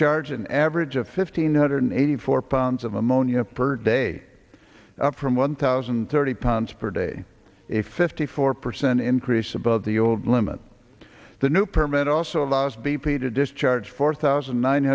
discharge an average of fifteen hundred eighty four pounds of ammonia per day up from one thousand and thirty pounds per day a fifty four percent increase above the old limit the new permit also allows b p to discharge four thousand nine